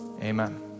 amen